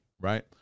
right